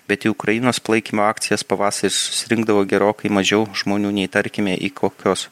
bet į ukrainos palaikymo akcijas pavasarį susirinkdavo gerokai mažiau žmonių nei tarkime į kokios